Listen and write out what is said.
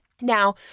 Now